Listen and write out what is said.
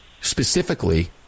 specifically